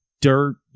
dirt